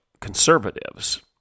conservatives